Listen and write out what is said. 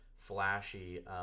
flashy